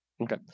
Okay